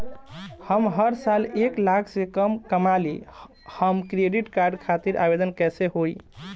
हम हर साल एक लाख से कम कमाली हम क्रेडिट कार्ड खातिर आवेदन कैसे होइ?